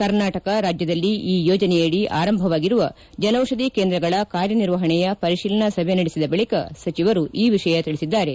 ಕರ್ನಾಟಕ ರಾಜ್ಯದಲ್ಲಿ ಈ ಯೋಜನೆಯಡಿ ಆರಂಭವಾಗಿರುವ ಜನೌಷಧಿ ಕೇಂದ್ರಗಳ ಕಾರ್ಯನಿರ್ವಹಣೆಯ ಪರಿಶೀಲನಾ ಸಭೆ ನಡೆಸಿದ ಬಳಿಕ ಸಚಿವರು ಈ ವಿಷಯ ತಿಳಿಸಿದ್ದಾರೆ